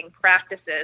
practices